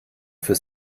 für